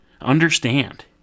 Understand